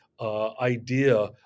idea